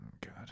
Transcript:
God